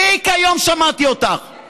נהייתם, שמעתי אותך מספיק היום.